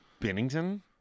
Bennington